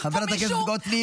חברת הכנסת גוטליב,